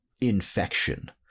infection